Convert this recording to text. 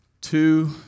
Two